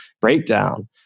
breakdown